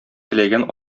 теләгән